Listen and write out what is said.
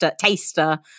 Taster